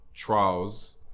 trials